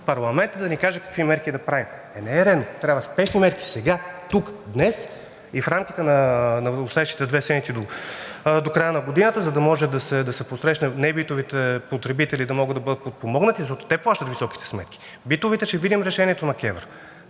парламентът да ни каже какви мерки да правим.“ Не е редно. Трябват спешни мерки сега, тук, днес и в рамките на оставащите две седмици до края на годината, за да може да се посрещне от небитовите потребители, да бъдат подпомогнати, защото те плащат високите сметки. Битовите – ще видим решението на КЕВР.